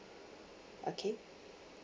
okay